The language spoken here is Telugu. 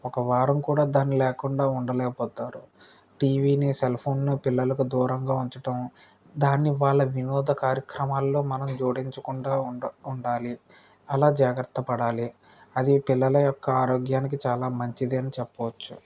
ఒక వారం కూడా దాన్ని లేకుండా ఉండలేకపోతారు టీవీని సెల్ఫోన్ను పిల్లలకు దూరంగా ఉంచటం దాన్ని వాళ్ళ వినోద కార్యక్రమాల్లో మనం జోడించకుండా ఉండ ఉండాలి అలా జాగ్రత్త పడాలి అది పిల్లల యొక్క ఆరోగ్యానికి చాలా మంచిదని చెప్పవచ్చు